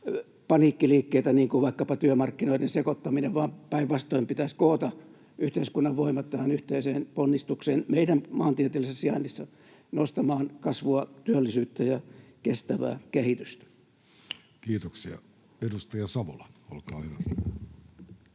paniikkiliikkeitä niin kuin vaikkapa työmarkkinoiden sekoittaminen, vaan päinvastoin pitäisi koota yhteiskunnan voimat tähän yhteiseen ponnistukseen meidän maantieteellisessä sijainnissa nostamaan kasvua, työllisyyttä ja kestävää kehitystä. Kiitoksia. — Edustaja Savola, olkaa hyvä.